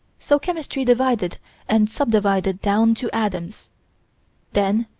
so chemistry divided and sub-divided down to atoms then,